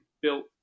built